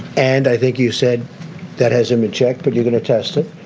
and i think you said that has him in check, but you going to test it.